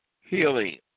healing